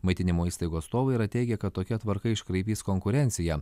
maitinimo įstaigos atstovai yra teigę kad tokia tvarka iškraipys konkurenciją